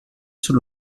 sul